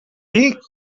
dir